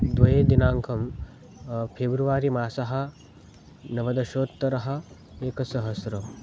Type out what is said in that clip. द्वे दिनाङ्कः फेब्रुवारि मासस्य नवदशोत्तरम् एकसहस्रम्